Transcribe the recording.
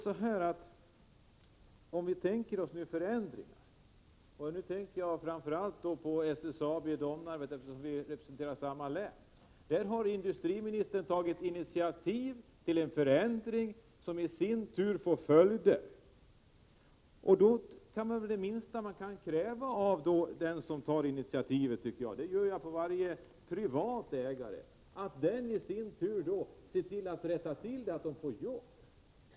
När det gäller förändringar tänker jag framför allt på SSAB Domnarvet, eftersom det handlar om det län jag kommer från. Industriministern har där tagit initiativ till en förändring, som i sin tur får följder. Det minsta man då kan kräva av den som tar initiativet — liksom av en privat ägare — är att han ser till att folk får nya jobb.